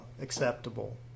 acceptable